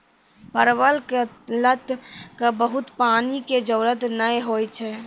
परवल के लत क बहुत पानी के जरूरत नाय होय छै